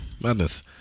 Madness